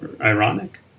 ironic